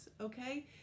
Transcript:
okay